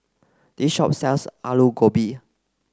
this shop sells Alu Gobi